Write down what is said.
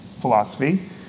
philosophy